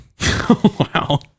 Wow